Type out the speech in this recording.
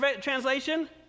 translation